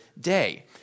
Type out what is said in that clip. day